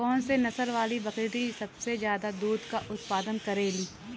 कौन से नसल वाली बकरी सबसे ज्यादा दूध क उतपादन करेली?